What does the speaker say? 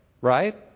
right